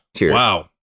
Wow